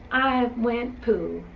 i went poo,